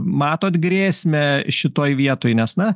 matot grėsmę šitoj vietoj nes na